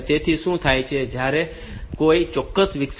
તેથી શું થાય છે કે જ્યારે કોઈ ચોક્કસ વિક્ષેપ થાય છે ત્યારે કહો કે ત્યાં 5